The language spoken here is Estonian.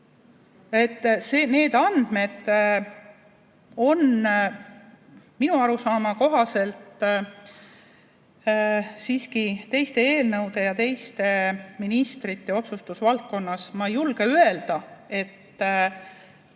Need andmed on minu arusaama kohaselt siiski teiste eelnõude ja teiste ministrite otsustusvaldkonnas. Ma ei julge öelda,